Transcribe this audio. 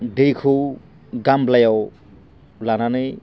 दैखौ गामब्लायाव लानानै